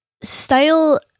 Style